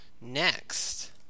Next